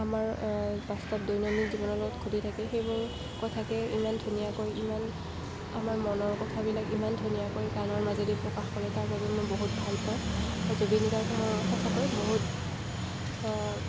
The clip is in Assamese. আমাৰ বাস্তৱ দৈনন্দিন জীৱনৰ লগত ঘটি থাকে সেইবোৰ কথাকে ইমান ধুনীয়াকৈ ইমান আমাৰ মনৰ কথাবিলাক ইমান ধুনীয়াকৈ গানৰ মাজেদি প্ৰকাশ কৰে তাৰবাবে মই বহুত ভালপাওঁ জুবিন গাৰ্গক মই সঁচাকৈ বহুত